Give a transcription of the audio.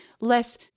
Less